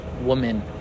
woman